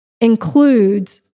includes